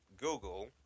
Google